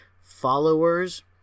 followers